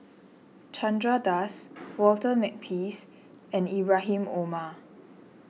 Chandra Das Walter Makepeace and Ibrahim Omar